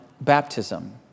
baptism